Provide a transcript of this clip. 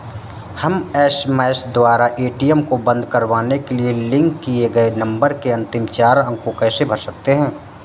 हम एस.एम.एस द्वारा ए.टी.एम को बंद करवाने के लिए लिंक किए गए नंबर के अंतिम चार अंक को कैसे भर सकते हैं?